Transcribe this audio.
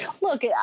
look